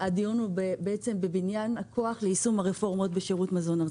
הדיון היום הוא בבניין הכוח ליישום הרפורמות בשירות המזון הארצי.